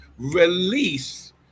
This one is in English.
release